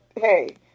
hey